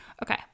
Okay